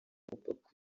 mupaka